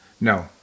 No